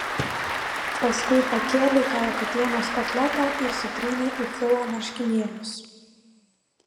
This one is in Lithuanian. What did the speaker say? paskui pakėlei kalakutienos kotletą ir sutrynei į filo marškinėlius